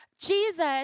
Jesus